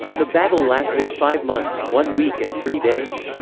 the battle lasted five months, one week and three days.